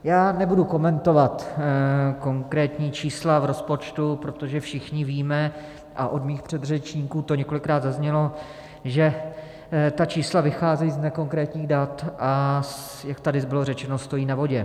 Já nebudu komentovat konkrétní čísla v rozpočtu, protože všichni víme, a od mých předřečníků to několikrát zaznělo, že ta čísla vycházejí z nekonkrétních dat, a jak tady bylo řečeno, stojí na vodě.